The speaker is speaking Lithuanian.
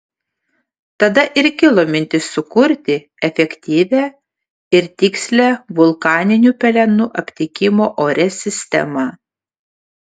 tada ir kilo mintis sukurti efektyvią ir tikslią vulkaninių pelenų aptikimo ore sistemą